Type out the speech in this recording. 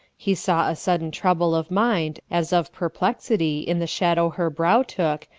he saw a sudden trouble of mind as of perplexity in the shadow her brow took,